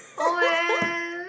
oh man